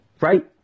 right